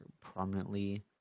prominently